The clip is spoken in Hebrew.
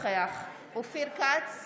אופיר כץ,